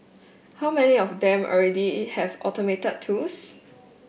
how many of them already have automated tools